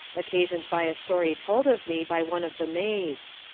occasioned by a story told of me by one of the maids.